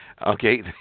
Okay